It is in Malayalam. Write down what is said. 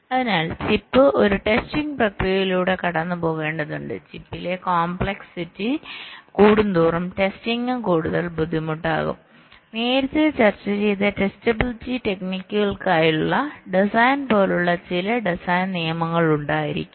അതിനാൽ ചിപ്പ് ഒരു ടെസ്റ്റിംഗ് പ്രക്രിയയിലൂടെ കടന്നുപോകേണ്ടതുണ്ട് ചിപ്പിലെ കോംപ്ലക്സിറ്റി കൂടും തോറും ടെസ്റ്റിംഗും കൂടുതൽ കൂടുതൽ ബുദ്ധിമുട്ടാകും നേരത്തെ ചർച്ച ചെയ്ത ടെസ്റ്റബിലിറ്റി ടെക്നിക്കുകൾക്കായുള്ള ഡിസൈൻ പോലുള്ള ചില ഡിസൈൻ നിയമങ്ങൾ ഉണ്ടായിരിക്കണം